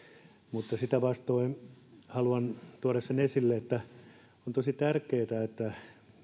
mutta sitä vastoin haluan tuoda esille sen että on tosi tärkeätä että